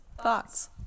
thoughts